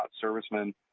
Servicemen